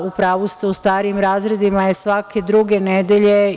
U pravu ste, u starijim razredima je svake druge nedelje.